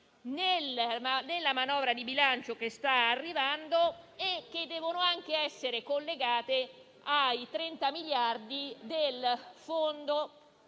nella manovra di bilancio che sta arrivando in Senato, che devono anche essere collegate ai 30 miliardi di quello